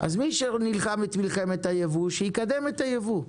אז מי שנלחם את מלחמת הייבוא, שיקדם את הייבוא,